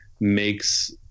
makes